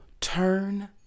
turn